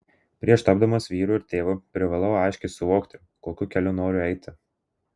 prieš tapdamas vyru ir tėvu privalau aiškiau suvokti kokiu keliu noriu eiti